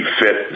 fit